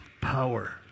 power